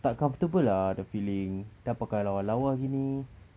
tak comfortable ah the feeling dah pakai lawa-lawa gini